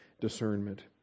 discernment